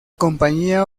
compañía